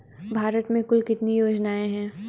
भारत में कुल कितनी योजनाएं हैं?